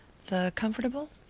the comfortable?